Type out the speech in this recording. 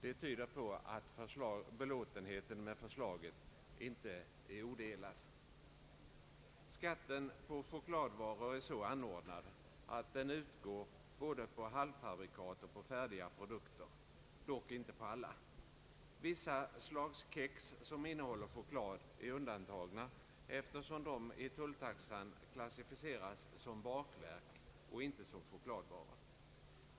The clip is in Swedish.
Det betyder att belåtenheten med förslaget inte är odelad. Skatten på chokladvaror är så anordnad att den utgår både på halvfabrikat och på färdiga produkter, dock inte på alla. Vissa slags kex som innehåller choklad är undantagna, eftersom de i tulltaxan är klassificerade som bakverk och inte som chokladvaror.